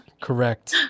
Correct